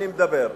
אני מדבר.